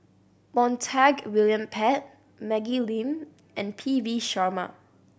Montague William Pett Maggie Lim and P V Sharma